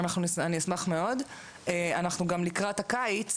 אני אשמח מאוד, אנחנו גם לקראת הקיץ